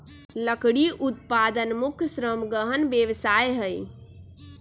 लकड़ी उत्पादन मुख्य श्रम गहन व्यवसाय हइ